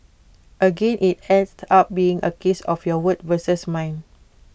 again IT ends up being A case of your word versus mine